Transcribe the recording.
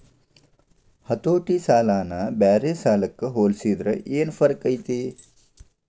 ಹತೋಟಿ ಸಾಲನ ಬ್ಯಾರೆ ಸಾಲಕ್ಕ ಹೊಲ್ಸಿದ್ರ ಯೆನ್ ಫರ್ಕೈತಿ?